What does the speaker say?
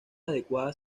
adecuadas